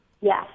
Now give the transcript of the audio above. Yes